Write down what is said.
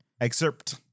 Excerpt